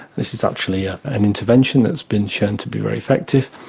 this is actually an intervention that's been shown to be very effective.